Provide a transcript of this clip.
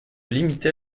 limiter